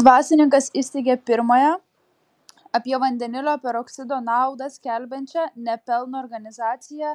dvasininkas įsteigė pirmąją apie vandenilio peroksido naudą skelbiančią ne pelno organizaciją